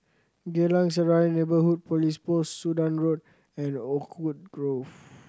Geylang Serai Neighbourhood Police Post Sudan Road and Oakwood Grove